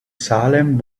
salem